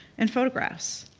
and photographs.